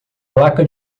placa